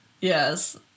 Yes